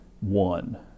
one